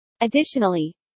Additionally